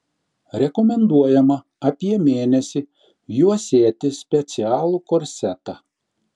rekomenduojama apie mėnesį juosėti specialų korsetą